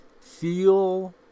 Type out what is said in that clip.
feel